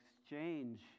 exchange